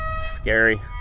Scary